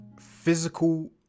physical